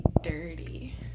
dirty